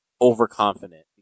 overconfident